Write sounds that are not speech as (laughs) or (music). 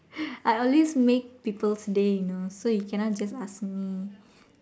(laughs) I always make people's day you know so you cannot ask me